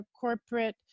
corporate